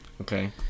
Okay